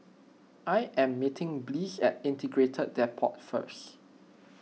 I am meeting Bliss at Integrated Depot first